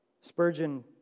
Spurgeon